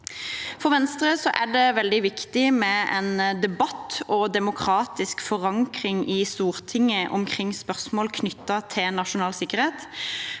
For Venstre er det veldig viktig med en debatt og demokratisk forankring i Stortinget omkring spørsmål knyttet til nasjonal sikkerhet.